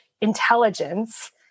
intelligence